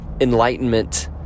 enlightenment